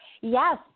Yes